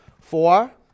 Four